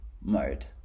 mode